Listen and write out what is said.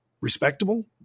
respectable